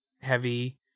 heavy